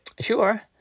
Sure